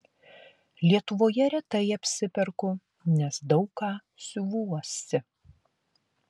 lietuvoje retai apsiperku nes daug ką siuvuosi